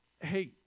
hey